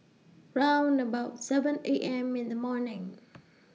round about seven A M in The morning